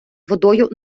водою